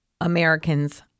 Americans